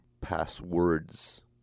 Passwords